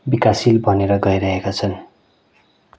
विकासशील बनेर गइरहेका छन्